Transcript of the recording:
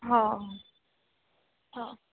हो हो